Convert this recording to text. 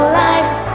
life